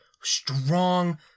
strong